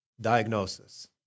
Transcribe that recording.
diagnosis